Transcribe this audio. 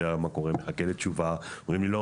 מה קורה ומחכה לתשובה ואומרים לי: לא,